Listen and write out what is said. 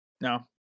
No